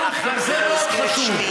גם זה מאוד חשוב,